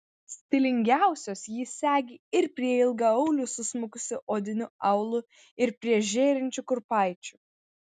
stilingiausios jį segi ir prie ilgaaulių susmukusiu odiniu aulu ir prie žėrinčių kurpaičių